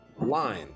line